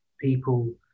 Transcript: people